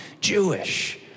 Jewish